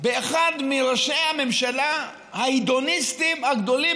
באחד מראשי הממשלה ההדוניסטים הגדולים